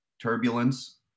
turbulence